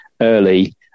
early